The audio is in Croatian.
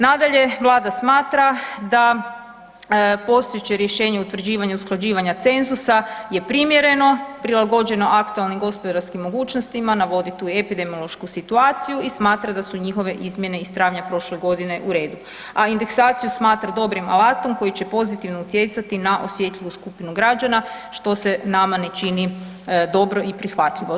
Nadalje Vlada smatra da postojeće rješenje o utvrđivanju usklađivanja cenzusa je primjereno, prilagođeno aktualnim gospodarskim mogućnostima navodi tu epidemiološku situaciju i smatra da su njihove izmjene iz travnja prošle godine u redu, a indeksaciju smatra dobrim alatom koji će pozitivno utjecati na osjetljivu skupinu građana što se nama ne čini dobro i prihvatljivo.